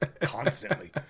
Constantly